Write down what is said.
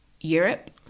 Europe